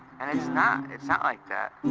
and it's not. it's not like that.